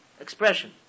Expression